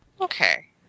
Okay